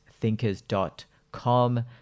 Thinkers.com